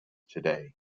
today